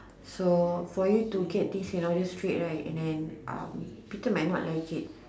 so for you to get things in order straight right and then um Peter may not like it